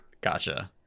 Gotcha